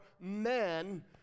men